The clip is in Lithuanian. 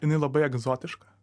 jinai labai egzotiška